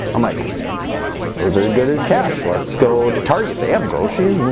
um like those are good as cash let's go the target they have groceries,